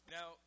Now